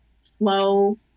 slow